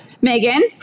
Megan